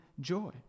joy